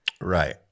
right